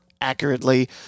accurately